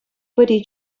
пӗри